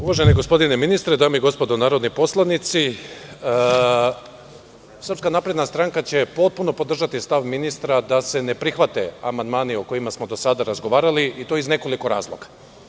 Uvaženi gospodine ministre, dame i gospodo narodni poslanici, SNS će potpuno podržati stav ministra da se ne prihvate amandmani o kojima smo do sada razgovarali i to iz nekoliko razloga.